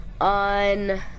On